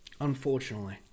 Unfortunately